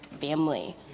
family